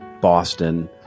Boston